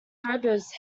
typos